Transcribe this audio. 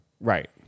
Right